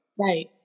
Right